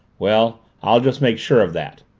well, i'll just make sure of that.